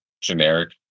generic